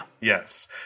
Yes